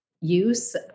use